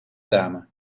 dame